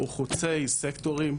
הוא חוצה סקטורים,